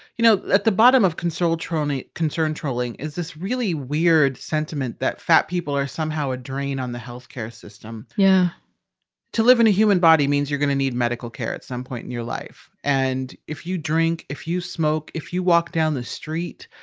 you know, at the bottom of console, cerrone, concern trolling is this really weird sentiment that fat people are somehow a drain on the health care system? yeah to live in a human body means you're going to need medical care at some point in your life. and if you drink, if you smoke, if you walk down the street,